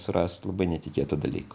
surast labai netikėtų dalykų